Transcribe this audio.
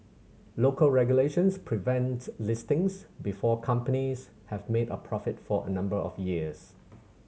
local regulations prevent listings before companies have made a profit for a number of years